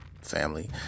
Family